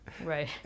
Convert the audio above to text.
right